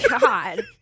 God